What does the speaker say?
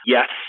Yes